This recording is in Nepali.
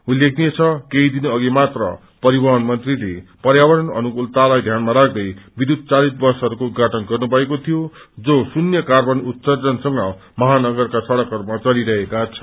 उल्लेखनिय छ केही दिन अघि मात्र परिवहन मन्त्रीले प्यावरण अनुकूलतालाई ध्यानमा राख्दे विध्युत चालित बसहरूको उद्घाटन गर्नु भएको थियो जो शून्य कार्वन उतसर्जनसंग महानगरका सड़कहरूमा चलिरहेका छन्